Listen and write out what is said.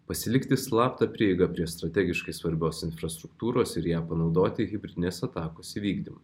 pasilikti slaptą prieigą prie strategiškai svarbios infrastruktūros ir ją panaudoti hibridinės atakos įvykdymu